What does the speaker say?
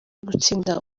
gutsinda